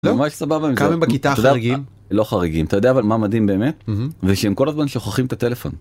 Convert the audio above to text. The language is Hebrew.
ממש סבבה... כמה בכיתה חריגים? לא חריגים אבל אתה יודע אבל מה מדהים באמת? זה שהם כל הזמן שוכחים את הטלפון.